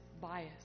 bias